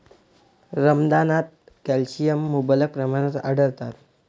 रमदानात कॅल्शियम मुबलक प्रमाणात आढळते